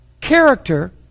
Character